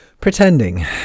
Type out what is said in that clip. pretending